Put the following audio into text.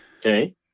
Okay